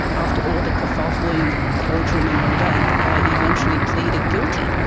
after all the kafuffle in the courtroom and all that, the guy eventually pleaded guilty.